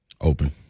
Open